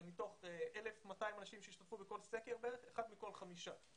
מתוך 1,200 אנשים שהשתתפו בכל סקר, אחד מכל חמישה.